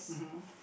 mmhmm